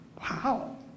wow